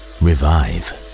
revive